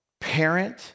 Parent